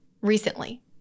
recently